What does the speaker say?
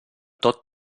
tot